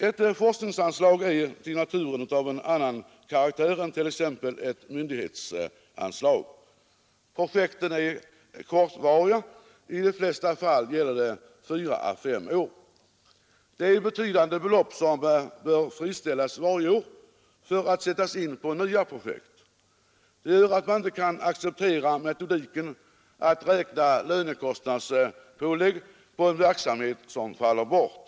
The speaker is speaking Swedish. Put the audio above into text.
Ett forskningsanslag är till naturen av en annan karaktär än t.ex. ett Nr 37 myndighetsanslag. Projekten är kortvariga; i de flesta fall rör det sig om Onsdagen den fyra å fem år. Det är betydande belopp som bör frigöras varje år för att 7 mars 1973 sättas in på nya projekt. Därför kan man inte acceptera metodiken att räkna lönekostnadspålägg på en verksamhet som faller bort.